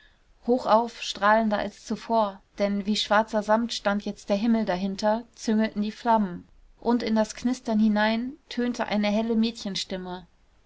hochauf strahlender als zuvor denn wie schwarzer samt stand jetzt der himmel dahinter züngelten die flammen und in das knistern hinein tönte eine helle mädchenstimme